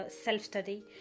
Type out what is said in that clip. self-study